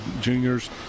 juniors